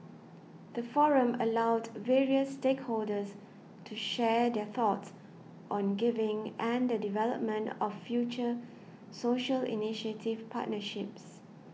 the forum allowed various stakeholders to share their thoughts on giving and the development of future social initiative partnerships